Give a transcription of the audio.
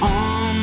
on